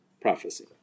Prophecy